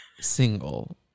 single